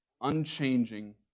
unchanging